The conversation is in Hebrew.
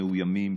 מאוימות,